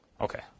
Okay